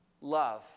love